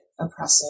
oppressive